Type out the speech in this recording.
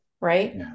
right